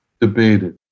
debated